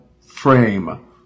frame